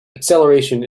acceleration